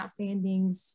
outstandings